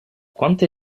quante